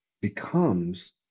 becomes